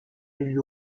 milieu